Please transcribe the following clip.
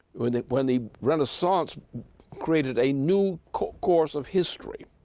when the when the renaissance created a new course course of history